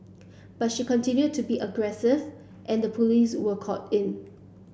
but she continued to be aggressive and the police were called in